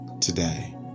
today